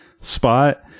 spot